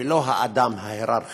ולא האדם ההייררכי.